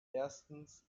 erstens